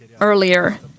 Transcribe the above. earlier